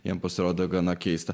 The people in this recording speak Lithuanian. jam pasirodo gana keista